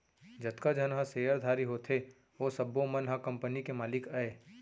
जतका झन ह सेयरधारी होथे ओ सब्बो मन ह कंपनी के मालिक अय